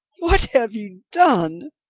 what have you done?